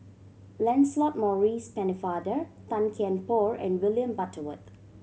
Lancelot Maurice Pennefather Tan Kian Por and William Butterworth